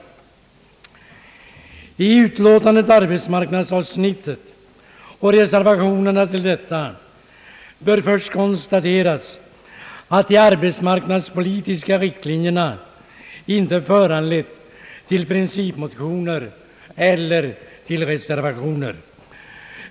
Beträffande utlåtandets arbetsmarknadsavsnitt bör först konstateras, att de arbetsmarknadspolitiska riktlinjerna inte har föranlett några principmotioner eller reservationer.